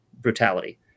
brutality